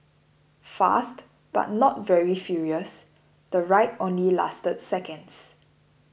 fast but not very furious the ride only lasted seconds